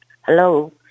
hello